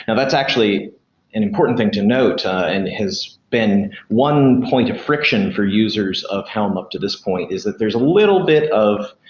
and that's actually an important thing to note and has been one point of friction for users of helm up to this point, is that there's a little bit of,